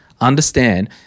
Understand